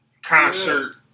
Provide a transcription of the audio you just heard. concert